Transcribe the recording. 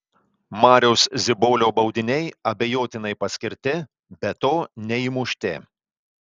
mariaus zibolio baudiniai abejotinai paskirti be to neįmušti